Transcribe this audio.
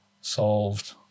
solved